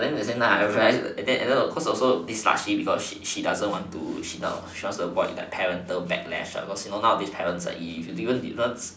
but then at the same time I realize and then and then cause also she doesn't want to she wants to avoid the parental backlash because nowadays parents are if if